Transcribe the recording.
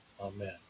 Amen